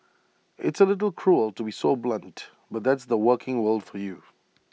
it's A little cruel to be so blunt but that's the working world for you